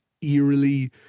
eerily